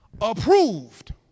approved